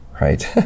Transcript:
Right